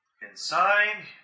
inside